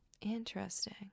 Interesting